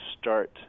start